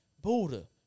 Buddha